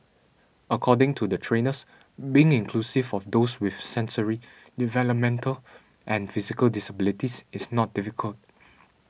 according to the trainers being inclusive of those with sensory developmental and physical disabilities is not difficult